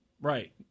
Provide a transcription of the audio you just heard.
Right